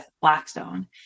Blackstone